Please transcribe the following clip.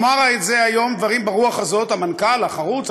אמר את זה היום דברים ברוח הזאת המנכ"ל החרוץ,